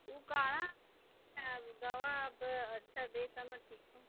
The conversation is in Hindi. वो क्या है दवा अब अच्छा दे तब न ठीक हो